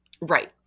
Right